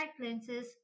lenses